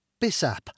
BISAP